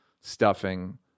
stuffing